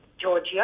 Georgia